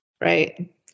right